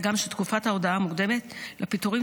אלא גם שתקופת ההודעה המוקדמת לפיטורים